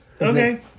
Okay